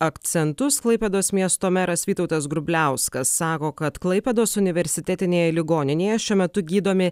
akcentus klaipėdos miesto meras vytautas grubliauskas sako kad klaipėdos universitetinėje ligoninėje šiuo metu gydomi